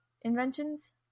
inventions